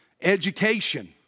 education